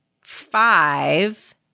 five